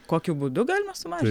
kokiu būdu galima sumažint